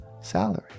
salary